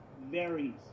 varies